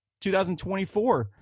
2024